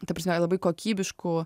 ta prasme labai kokybiškų